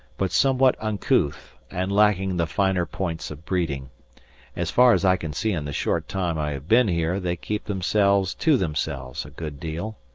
but somewhat uncouth and lacking the finer points of breeding as far as i can see in the short time i have been here they keep themselves to themselves a good deal.